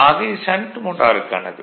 ஆக இது ஷண்ட் மோட்டாருக்கானது